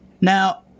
Now